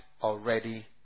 already